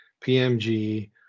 PMG